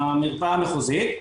למרפאה המחוזית,